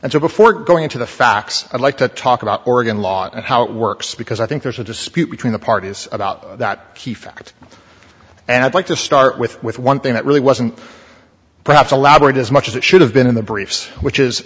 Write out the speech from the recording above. and so before going into the facts i'd like to talk about oregon law and how it works because i think there's a dispute between the parties about that key fact and i'd like to start with with one thing that really wasn't perhaps allowed as much as it should have been in the briefs which is